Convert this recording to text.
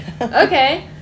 okay